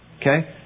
Okay